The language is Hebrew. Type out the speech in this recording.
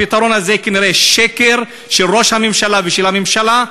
הפתרון הזה כנראה שקר של ראש הממשלה ושל הממשלה,